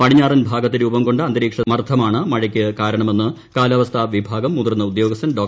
പടിഞ്ഞാറൻ ഭാഗത്ത് രൂപം കൊണ്ട അന്തരീക്ഷ സമ്മർദ്ദമാണ് മഴയ്ക്ക് കാരണമെന്ന് കാലാവസ്ഥാ വിഭാഗം മുതിർന്ന ഉദ്യോഗസ്ഥൻ ഡോ